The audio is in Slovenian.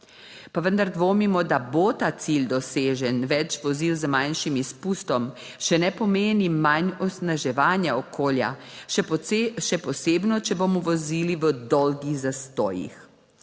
Pa vendar dvomimo, da bo ta cilj dosežen. Več vozil z manjšim izpustom še ne pomeni manj onesnaževanja okolja, še posebno, če bomo vozili v dolgih zastojih.